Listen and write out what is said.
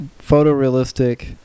photorealistic